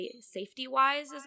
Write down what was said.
safety-wise